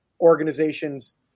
organizations